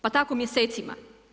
Pa tako mjesecima.